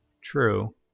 True